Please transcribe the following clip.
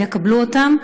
הם יקבלו אותם?